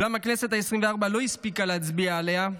אולם הכנסת העשרים-וארבע לא הספיקה להצביע עליה,